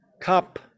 Cup